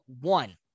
one